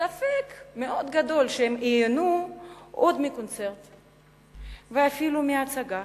ספק מאוד גדול אם ייהנו עוד מקונצרט ואפילו מהצגה